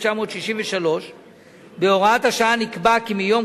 התשכ"ג 1963. בהוראת השעה נקבע כי מיום